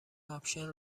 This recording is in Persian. آپشن